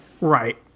Right